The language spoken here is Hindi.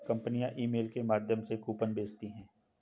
कंपनियां ईमेल के माध्यम से कूपन भेजती है